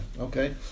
Okay